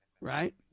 Right